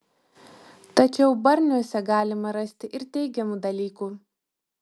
tačiau barniuose galima rasti ir teigiamų dalykų